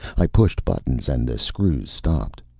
i pushed buttons and the screws stopped.